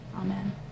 Amen